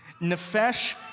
Nefesh